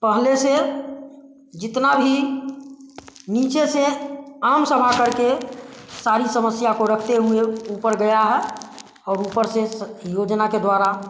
पहले से जितना भी नीचे से आम सभा कर के सारी समस्या को रखते हुए ऊपर गया है और ऊपर से से योजना के द्वारा